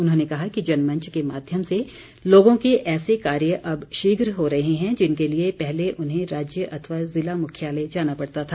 उन्होंने कहा कि जनमंच के माध्यम से लोगों के ऐसे कार्य अब शीघ हो रहे हैं जिनके लिए पहले उन्हें राज्य अथवा जिला मुख्यालय जाना पड़ता था